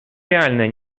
реальная